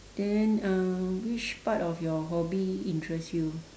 then um which part of your hobby interest you